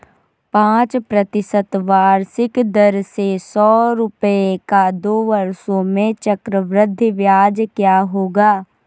पाँच प्रतिशत वार्षिक दर से सौ रुपये का दो वर्षों में चक्रवृद्धि ब्याज क्या होगा?